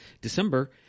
December